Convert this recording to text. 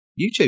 YouTube